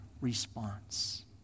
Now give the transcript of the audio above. response